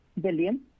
billion